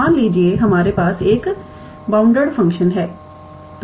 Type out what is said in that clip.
मान लीजिए हमारे पास एक बाउंड फंक्शन है